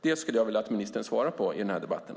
Det skulle jag vilja att ministern svarade på i den här debatten.